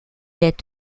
est